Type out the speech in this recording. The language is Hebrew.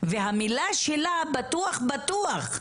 והמילה שלה בטוח בטוח.